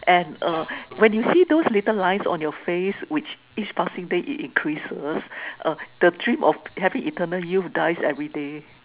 and uh when you see those little lines on your face which each passing day it increases uh the dream of having eternal youth dies everyday